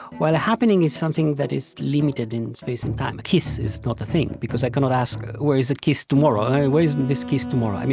while a happening is something that is limited in space and time. a kiss is not a thing, because i cannot ask, where is a kiss, tomorrow where is this kiss? tomorrow. i mean,